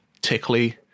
tickly